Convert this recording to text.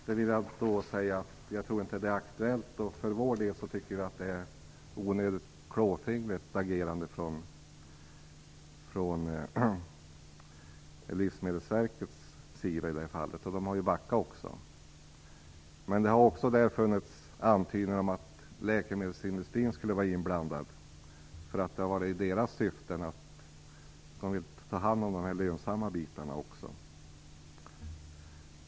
Jag vill då säga att jag inte tror att det är aktuellt. För vår del tycker vi att Livsmedelsverket har agerat onödigt klåfingrigt i det här fallet, och där har man ju också backat. Men det har också funnits antydningar om att läkemedelsindustrin skulle vara inblandad, eftersom det skulle ligga i dess intresse att ta hand om även dessa lönsamma bitar.